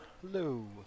Hello